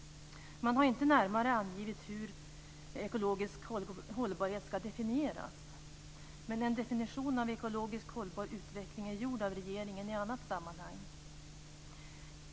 Man har inte närmare angivit hur ekologisk hållbarhet ska definieras. Men en definition av ekologiskt hållbar utveckling är gjord av regeringen i ett annat sammanhang.